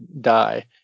die